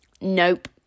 Nope